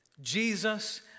Jesus